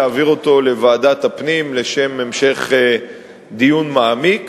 להעביר אותו לוועדת הפנים לשם המשך דיון מעמיק,